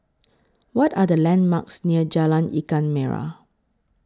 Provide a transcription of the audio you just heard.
What Are The landmarks near Jalan Ikan Merah